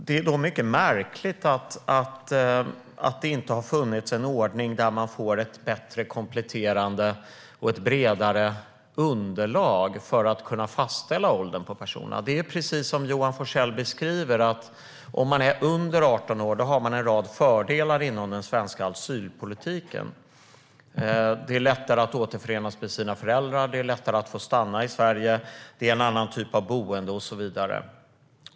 Det är därför mycket märkligt att det inte har funnits en ordning där man får ett bredare och bättre kompletterande underlag för att kunna fastställa åldern på personerna. Det är precis som Johan Forssell beskriver: Om man är under 18 år har man en rad fördelar inom den svenska asylpolitiken. Det är lättare att återförenas med sina föräldrar, det är lättare att få stanna i Sverige, det är en annan typ av boende och så vidare.